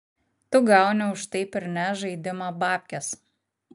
tu gauni už taip ir ne žaidimą bapkes